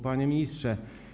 Panie Ministrze!